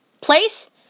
place